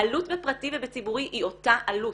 העלות בפרטי ובציבורי היא אותה עלות,